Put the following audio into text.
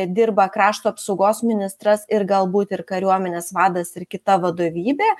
dirba krašto apsaugos ministras ir galbūt ir kariuomenės vadas ir kita vadovybė